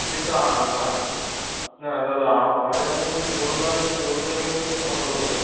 কিন্তু না দাদা আমার কাছে কিন্তু যে পটলটা আছে সে পটলটা কিন্তু খুব ভালো পটল